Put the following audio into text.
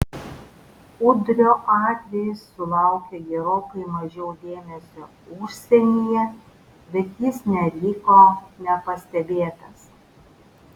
udrio atvejis sulaukė gerokai mažiau dėmesio užsienyje bet jis neliko nepastebėtas